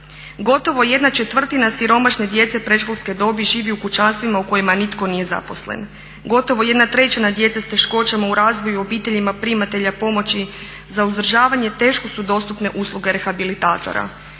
Gotovo ¼ siromašne djece predškolske dobi živi u kućanstvima u kojima nitko nije zaposlen. Gotovo 1/3 djece s teškoćama u razvoju u obiteljima primatelja pomoći za uzdržavanje teško su dostupne usluge rehabilitatora.